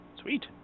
Sweet